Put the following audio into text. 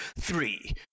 Three